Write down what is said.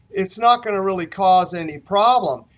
it's not going to really cause any problem.